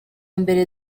mbere